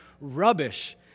rubbish